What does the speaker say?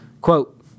Quote